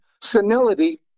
senility